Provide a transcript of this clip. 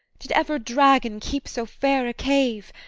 did ever dragon keep so fair a cave?